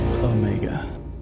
Omega